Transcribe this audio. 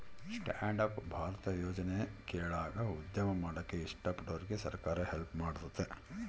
stand up ಭಾರತದ ಯೋಜನೆ ಕೆಳಾಗ ಉದ್ಯಮ ಮಾಡಾಕ ಇಷ್ಟ ಪಡೋರ್ಗೆ ಸರ್ಕಾರ ಹೆಲ್ಪ್ ಮಾಡ್ತತೆ